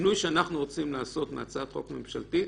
השינוי שאנחנו רוצים לעשות מהצעת החוק הממשלתית